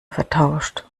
vertauscht